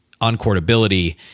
uncourtability